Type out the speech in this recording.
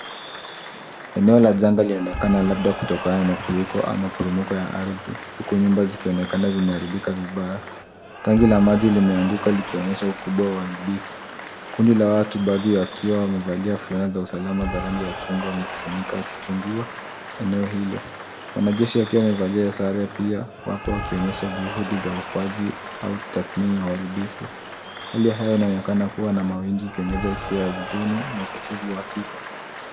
Eneo la janga linaonekana labda kutokana na mafuriko ama poromoko ya ardhi, huku nyumba zikionekana zimeharibika vibaya. Tangi la maji limeanguka likionyesha ukubwa wa uharibifu. Kundi la watu baadhi wakiwa wamevalia fulana za usalama za rangi ya chungwa wamekusanyika wakichungua eneo hilo. Wanajeshi wakiwa wamevalia sare pia wapo wakionyesha juhudi za okoaji au tathmia ya uharibifu. Hali ya hewa inaonekana kuwa na mawingu ikiongeza hisia ya huzuni na ukosefu wa hakika.